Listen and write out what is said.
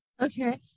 okay